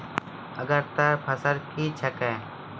अग्रतर फसल क्या हैं?